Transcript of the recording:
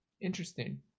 interesting